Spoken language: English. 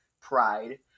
pride